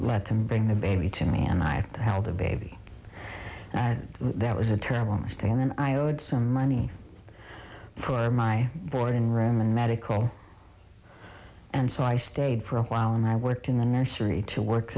let them bring the baby to me and i held the baby that was a terrible mistake and then i owed some money for my boarding room and medical and so i stayed for a while and i worked in the nursery to work